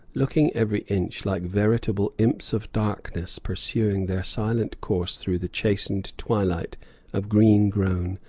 looking every inch like veritable imps of darkness pursuing their silent course through the chastened twilight of green-grown,